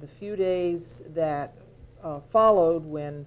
the few days that followed when